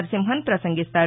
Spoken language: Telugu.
నరసింహన్ ప్రసంగిస్తారు